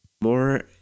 More